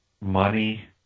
money